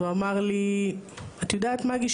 והוא אמר לי 'את יודעת מגי,